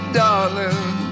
darling